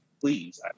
Please